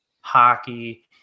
hockey